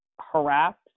harassed